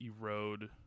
erode